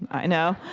i know.